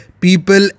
people